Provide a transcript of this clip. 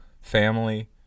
family